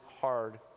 hard